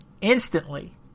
Instantly